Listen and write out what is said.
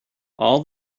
all